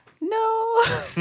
no